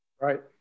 Right